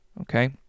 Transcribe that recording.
okay